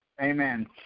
Amen